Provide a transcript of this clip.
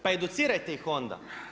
Pa educirajte ih onda.